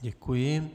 Děkuji.